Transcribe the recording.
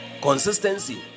Consistency